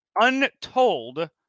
Untold